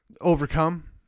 overcome